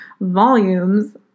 volumes